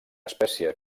espècie